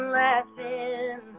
laughing